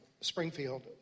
Springfield